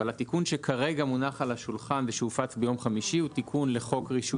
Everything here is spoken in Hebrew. אבל התיקון שכרגע הונח על השולחן ושהופץ ביום חמישי הוא תיקון לחוק רישוי